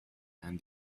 and